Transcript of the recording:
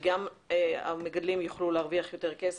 וגם המגדלים יוכלו להרוויח יותר כסף,